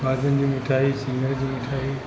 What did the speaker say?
खाॼनि जी मिठाई सिङर जी मिठाई